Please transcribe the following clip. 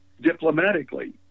diplomatically